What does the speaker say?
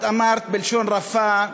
את אמרת בלשון רפה,